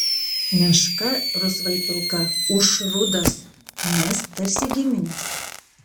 meška rusvai pilka ūš rudas mes tarsi giminės